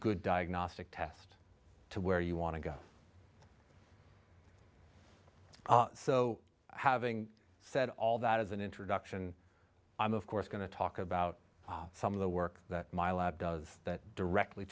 good diagnostic test to where you want to go so having said all that is an introduction i'm of course going to talk about some of the work that my lab does that directly